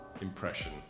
impression